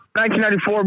1994